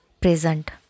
present